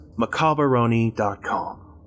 Macabaroni.com